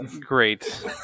Great